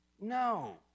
No